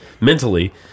mentally